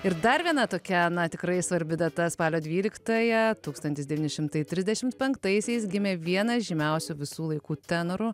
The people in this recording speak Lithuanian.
ir dar viena tokia na tikrai svarbi data spalio dvyliktąją tūkstantis devyni šimtai trisdešimt penktaisiais gimė vienas žymiausių visų laikų tenorų